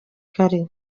kare